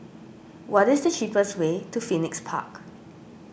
what is the cheapest way to Phoenix Park